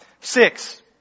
six